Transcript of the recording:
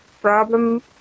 problem